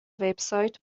وبسایت